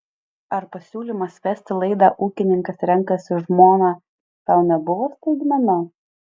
ar pasiūlymas vesti laidą ūkininkas renkasi žmoną tau nebuvo staigmena